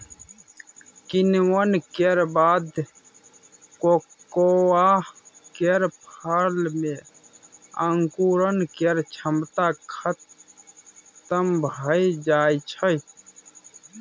किण्वन केर बाद कोकोआ केर फर मे अंकुरण केर क्षमता खतम भए जाइ छै